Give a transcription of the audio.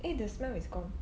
eh the smell is gone